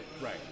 right